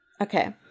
Okay